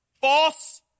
false